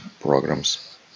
programs